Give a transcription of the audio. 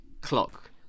clock